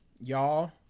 Y'all